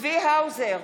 צבי האוזר,